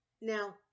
Now